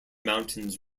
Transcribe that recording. mountains